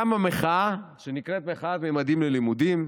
קמה מחאה שנקראת "מחאת ממדים ללימודים".